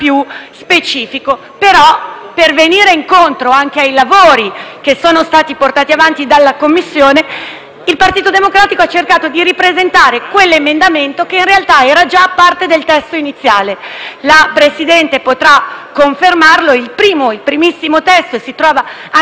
per venire incontro ai lavori che sono stati portati avanti dalla Commissione, il Partito Democratico ha cercato di ripresentare quell'emendamento che, in realtà, era già parte del testo iniziale (la Presidente potrà confermarlo e il primissimo testo è agli atti); esso prevedeva quelle misure che